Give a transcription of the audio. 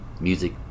music